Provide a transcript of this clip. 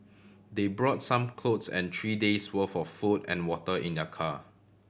they brought some clothes and three days' worth of food and water in their car